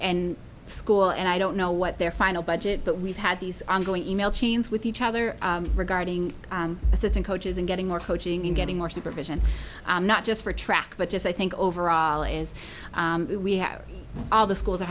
and school and i don't know what their final budget but we've had these ongoing email chains with each other regarding assistant coaches and getting more coaching and getting more supervision not just for track but just i think overall is we have all the schools are